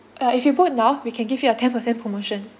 uh if you book now we can give you a ten percent promotion